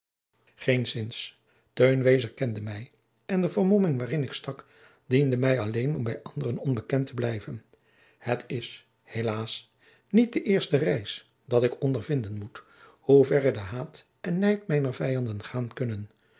wezer kende mij en de vermomming waarin ik stak diende mij alleen om bij anderen onbekend te blijven het is helaas niet de eerste reis dat ik ondervinden moet hoe verre de haat en nijd mijner vijanden gaan kunnen